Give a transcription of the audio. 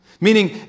Meaning